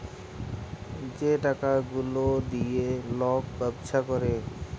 যে টাকা গুলা দিঁয়ে লক ব্যবছা ক্যরে